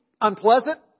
Unpleasant